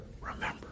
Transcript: Remember